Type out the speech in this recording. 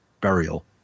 burial